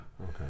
Okay